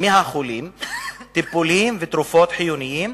מונעות תרופות וטיפולים חיוניים